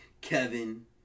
Kevin